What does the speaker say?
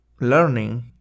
learning